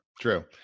true